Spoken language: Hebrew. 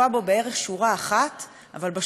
אבל בשורה הזאת התחבא הכול.